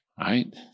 right